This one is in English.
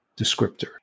descriptor